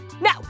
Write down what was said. Now